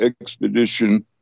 expedition